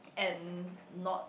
and not